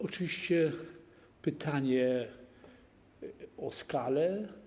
Oczywiście pytanie o skalę.